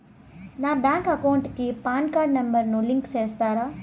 నా bank account కు PAN card number ను లింకు సేస్తారా?